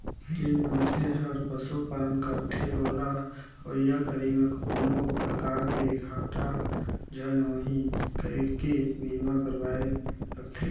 जेन मइनसे हर पशुपालन करथे ओला अवईया घरी में कोनो परकार के घाटा झन होही कहिके बीमा करवाये राखथें